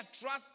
trust